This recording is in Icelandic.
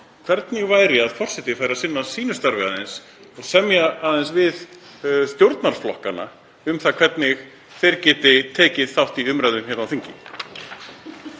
Hvernig væri að forseti færi að sinna starfi sínu aðeins og semja við stjórnarflokkana um það hvernig þeir geti tekið þátt í umræðu hér á þingi?